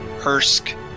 Hersk